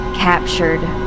captured